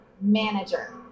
manager